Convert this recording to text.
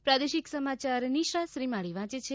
પ્રાદેશિક સમાચાર નિશા શ્રીમાળી વાંચ છે